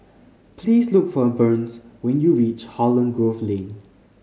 please look for Burns when you reach Holland Grove Lane